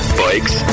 bikes